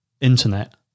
internet